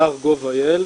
אתר gov.il,